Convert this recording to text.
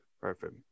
Perfect